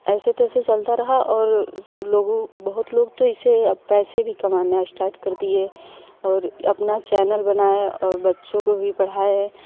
ऐसे तैसे चलता रहा और बहुत लोग तो इससे पैसे भी कमाना स्टार्ट कर दिए और अपना चैनल बनाए और बच्चों को भी पढ़ाये